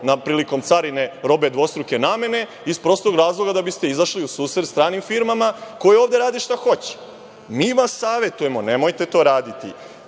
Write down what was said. prilikom carine robe dvostruke namene iz prostog razloga da bi ste izašli u susret stranim firmama koje ovde rade šta hoće. Mi vas savetujemo, nemojte to raditi,